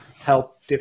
help